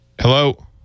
Hello